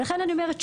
וצריך לזכור זאת.